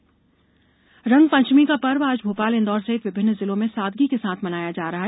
रंगपंचमी रंग पंचमी का पर्व आज भोपाल इंदौर सहित विभिन्न जिलों में सादगी के साथ मनाया जा रहा है